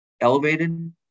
elevated